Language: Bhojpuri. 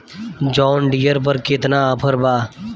जॉन डियर पर केतना ऑफर बा?